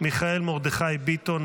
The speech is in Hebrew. מיכאל מרדכי ביטון,